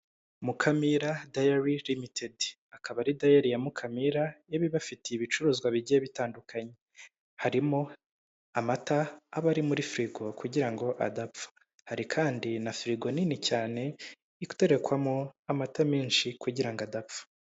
Mukamira dayiri limitedi, akaba ari dayiri ya Mukamira yewe ibafitiye ibicuruzwa bigiye bitandukanye, harimo amata aba ari muri firigo kugira ngo adapfa, hari kandi na firigo nini cyane iterekwamo amata menshi kugirango adapfa.